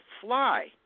fly